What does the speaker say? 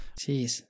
Jeez